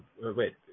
wait